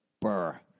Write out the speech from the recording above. burr